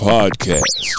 Podcast